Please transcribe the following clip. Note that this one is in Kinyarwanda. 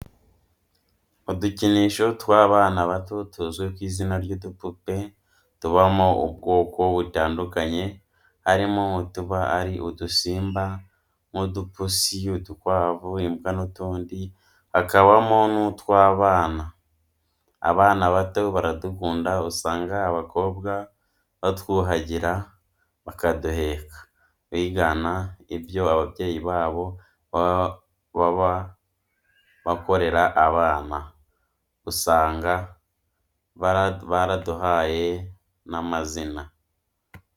Udukinisho tw'abana bato tuzwi ku izina ry'udupupe, tubamo ubwoko butandukanye harimo utuba ari udusimba nk'udupusi, udukwavu, imbwa n'utundi, hakabamo n'utw'abana. Abana bato baradukunda usanga abakobwa batwuhagira bakaduheka, bigana ibyo ababyeyi babo baba bakorera abana, usanga baraduhaye n'amazina.